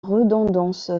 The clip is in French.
redondance